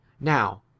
Now